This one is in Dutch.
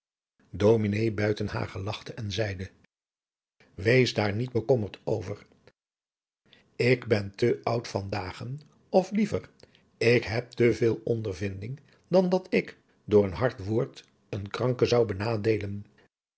lachte en zeide wees daar niet bekommerd over ik ben te oud van dagen of liever ik heb te veel ondervinding dan dat ik door een hard woord een kranke zou benadeelen